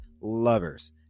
lovers